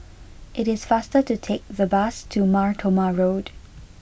it is faster to take the bus to Mar Thoma Road